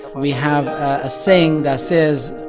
we have a saying that says,